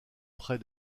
près